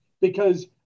because-